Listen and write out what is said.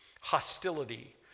Hostility